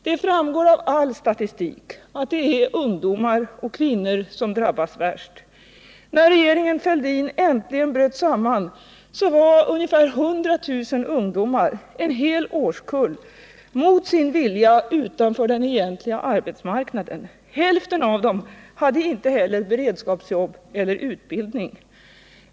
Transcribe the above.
Det framgår av all statistik att det är ungdomar och kvinnor som drabbas värst. När regeringen Fälldin äntligen bröt samman var ungefär 100 000 ungdomar — en hel årskull — mot sin vilja utanför den egentliga arbetsmarknaden och hälften av dem hade inte heller beredskapsjobb eller utbildning.